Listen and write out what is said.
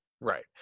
Right